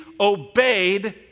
obeyed